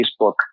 Facebook